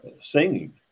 singing